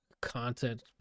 content